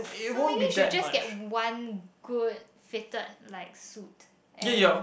so maybe should just get one good fitted like suit and